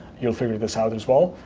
you'll figure this out as well.